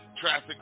traffic